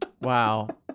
wow